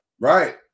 right